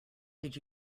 did